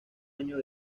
año